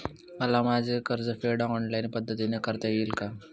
मला माझे कर्जफेड ऑनलाइन पद्धतीने करता येईल का?